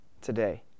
today